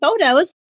photos